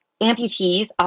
amputees